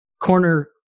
corner